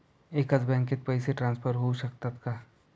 एकाच बँकेत पैसे ट्रान्सफर होऊ शकतात का?